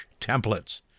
templates